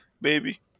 baby